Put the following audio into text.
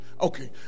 Okay